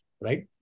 right